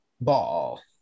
Ball